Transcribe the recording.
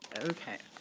okay,